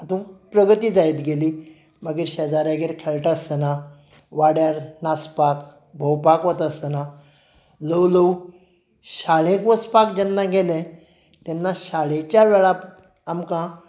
तातूंत प्रगती जायत गेली मागीर शेजाऱ्यांगेर खेळटा आसतना वाड्यार नाचपाक भोंवपाक वता आसतना ल्हव ल्हव शाळेक वचपाक जेन्ना गेले तेन्ना शाळेच्या वेळार आमकां